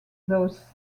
those